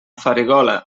farigola